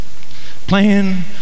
Playing